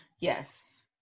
yes